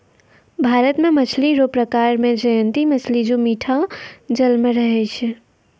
भारत मे मछली रो प्रकार मे जयंती मछली जे मीठा जल मे रहै छै